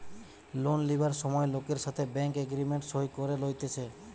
loan লিবার সময় লোকের সাথে ব্যাঙ্ক এগ্রিমেন্ট সই করে লইতেছে